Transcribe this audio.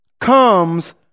comes